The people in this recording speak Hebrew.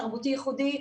תרבותי-ייחודי,